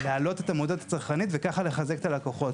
להעלות את המודעות הצרכנית וכך לחזק את הלקוחות.